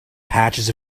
patches